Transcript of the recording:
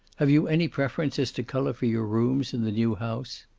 have you any preference as to color for your rooms in the new house?